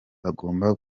bagomba